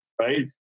right